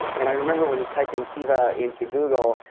and i remember when he typed in kiva into google,